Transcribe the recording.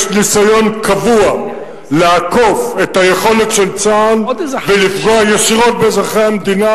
יש ניסיון קבוע לעקוף את היכולת של צה"ל ולפגוע ישירות באזרחי המדינה,